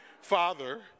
Father